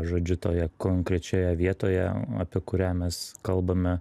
žodžiu toje konkrečioje vietoje apie kurią mes kalbame